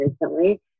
recently